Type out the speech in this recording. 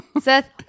Seth